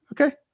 Okay